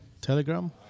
telegram